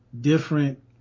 different